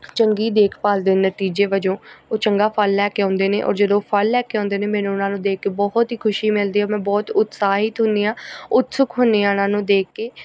ਚੰਗੀ ਦੇਖਭਾਲ ਦੇ ਨਤੀਜੇ ਵਜੋਂ ਉਹ ਚੰਗਾ ਫਲ ਲੈ ਕੇ ਆਉਂਦੇ ਨੇ ਔਰ ਜਦੋਂ ਉਹ ਫਲ ਲੈ ਕੇ ਆਉਂਦੇ ਨੇ ਮੈਨੂੰ ਉਹਨਾਂ ਨੂੰ ਦੇਖ ਕੇ ਬਹੁਤ ਹੀ ਖੁਸ਼ੀ ਮਿਲਦੀ ਹੈ ਮੈਂ ਬਹੁਤ ਉਤਸ਼ਾਹਿਤ ਹੁੰਦੀ ਆ ਉਤਸੁਕ ਹੁੰਦੀ ਆ ਉਹਨਾਂ ਨੂੰ ਦੇਖ ਕੇ